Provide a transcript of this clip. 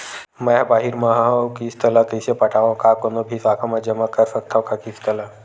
मैं हा बाहिर मा हाव आऊ किस्त ला कइसे पटावव, का कोनो भी शाखा मा जमा कर सकथव का किस्त ला?